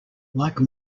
like